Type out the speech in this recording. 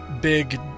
big